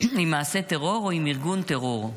עם מעשה טרור או עם ארגון טרור.